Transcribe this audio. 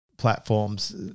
Platforms